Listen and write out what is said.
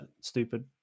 stupid